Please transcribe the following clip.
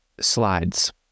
slides